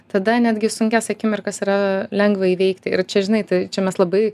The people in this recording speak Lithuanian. tada netgi sunkias akimirkas yra lengva įveikti ir čia žinai tai čia mes labai